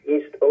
East